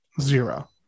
zero